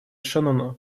шеннона